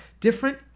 different